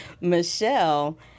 Michelle